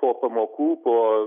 po pamokų po